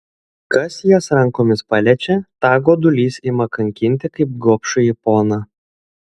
kas jas rankomis paliečia tą godulys ima kankinti kaip gobšųjį poną